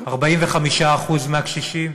45% מהקשישים